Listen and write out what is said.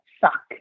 suck